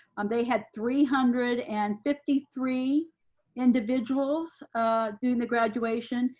um they had three hundred and fifty three individuals doing the graduation.